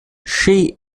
she